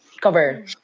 cover